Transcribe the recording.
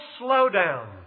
slowdown